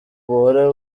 buhora